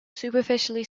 superficially